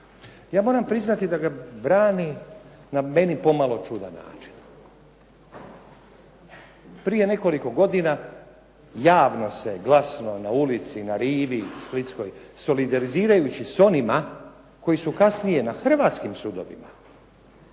Ja moram priznati da ga brani na meni pomalo čudan način. Prije nekoliko godina javno se glasovalo na ulici, na rivi splitskoj, solidarizirajući s onima koji su kasnije na hrvatskim sudovima